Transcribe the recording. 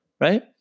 right